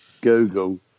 Google